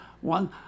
one